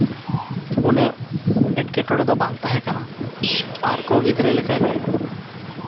ᱩᱱᱟᱹᱜ ᱮᱸᱴᱠᱮᱴᱚᱬᱮ ᱫᱚ ᱵᱟᱝ ᱛᱟᱦᱮᱸ ᱠᱟᱱᱟ ᱟᱨᱠᱚ ᱜᱤᱫᱽᱨᱟᱹ ᱞᱮᱠᱟᱜᱮ